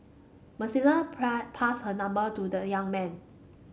Melissa passed her number to the young man